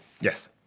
Yes